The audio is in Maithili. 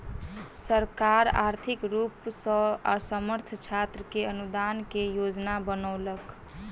सरकार आर्थिक रूप सॅ असमर्थ छात्र के अनुदान के योजना बनौलक